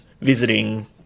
visiting